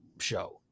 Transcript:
show